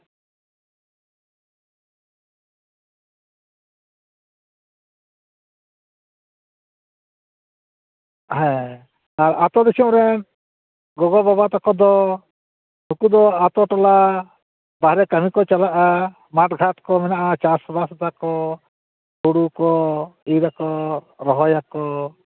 ᱦᱮᱸ ᱟᱨ ᱟᱹᱛᱩ ᱫᱤᱥᱚᱢ ᱨᱮᱱ ᱜᱚᱜᱚ ᱵᱟᱵᱟ ᱛᱟᱠᱚ ᱫᱚ ᱩᱱᱠᱩ ᱫᱚ ᱟᱹᱛᱩ ᱴᱚᱞᱟ ᱵᱟᱨᱦᱮ ᱠᱟᱹᱢᱤ ᱠᱚ ᱪᱟᱞᱟᱜᱼᱟ ᱢᱟᱴᱷᱼᱜᱷᱟᱴ ᱠᱚ ᱢᱮᱱᱟᱜᱼᱟ ᱪᱟᱥᱵᱟᱥ ᱫᱟᱠᱚ ᱦᱩᱲᱩ ᱠᱚ ᱤᱨᱟᱠᱚ ᱨᱚᱦᱚᱭᱟᱠᱚ